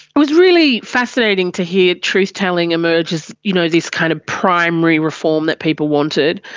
it was really fascinating to hear truth telling emerge as, you know, this kind of primary reform that people wanted.